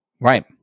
right